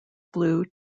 blue